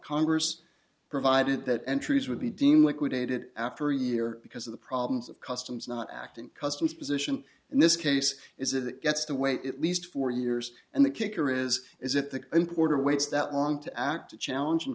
congress provided that entries would be deemed liquidated after a year because of the problems of customs not acting customs position in this case is that it gets to wait at least four years and the kicker is is if the importer waits that long to act challeng